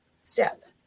step